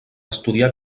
estudià